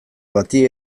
bati